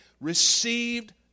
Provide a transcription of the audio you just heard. received